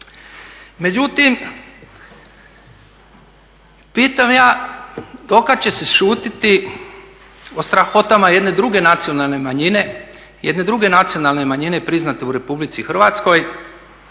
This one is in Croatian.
Međutim, pitam ja do kad će se šutit o strahotama jedne druge nacionalne manjine priznate u RH,